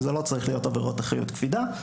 וזה לא צריך להיות עבירות אחריות קפידה.